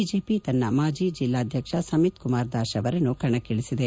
BJP ತನ್ನ ಮಾಜಿ ಜಿಲ್ಲಾಧ್ಯಕ್ಷ ಸಮಿತ್ ಕುಮಾರ್ ದಾಶ್ ಅವರನ್ನು ಕಣಕ್ಕಿ ಳಿಸಿದೆ